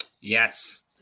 yes